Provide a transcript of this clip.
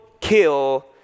kill